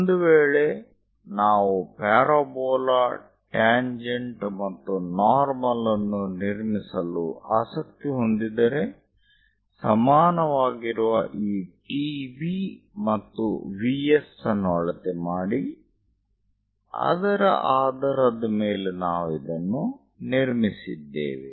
ಒಂದು ವೇಳೆ ನಾವು ಪ್ಯಾರಾಬೋಲಾ ಟ್ಯಾಂಜೆಂಟ್ ಮತ್ತು ನಾರ್ಮಲ್ ಅನ್ನು ನಿರ್ಮಿಸಲು ಆಸಕ್ತಿ ಹೊಂದಿದ್ದರೆ ಸಮಾನವಾಗಿರುವ ಈ TV ಮತ್ತು VS ಅನ್ನು ಅಳತೆ ಮಾಡಿ ಅದರ ಆಧಾರದ ಮೇಲೆ ನಾವು ಇದನ್ನು ನಿರ್ಮಿಸಿದ್ದೇವೆ